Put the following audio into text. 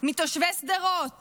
מתושבי שדרות